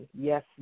yes